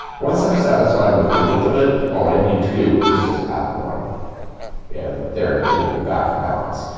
once i'm satisfied with the width of it, all i need to do is just add one and there we'll be back in balance.